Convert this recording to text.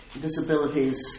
disabilities